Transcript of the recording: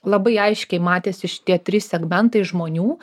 labai aiškiai matėsi šitie trys segmentai žmonių